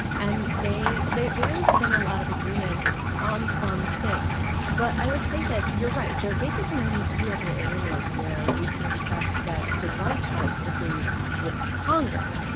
and they they there has been a lot of agreement on some things but i would say that you're right. there are basically only two other areas where we can expect that the white house agrees with congress.